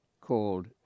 called